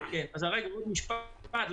רגע, עוד משפט אחד